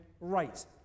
right